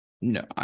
no